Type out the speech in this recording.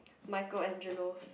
Michelangelo